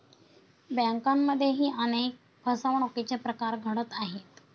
बँकांमध्येही अनेक फसवणुकीचे प्रकार घडत आहेत